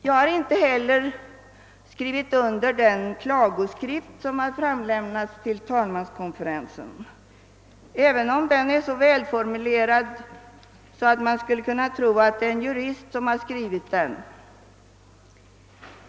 Jag har inte heller undertecknat den klagoskrift som har framlämnats till talmanskonferensen, även om den är så välformulerad, att man skulle kunna tro att det varit en jurist som skrivit den.